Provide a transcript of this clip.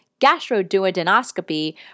gastroduodenoscopy